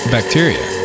Bacteria